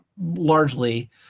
largely